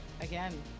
again